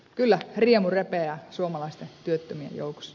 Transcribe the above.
kyllä riemu repeää suomalaisten työttömien joukossa